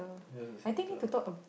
yours is centre